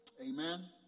Amen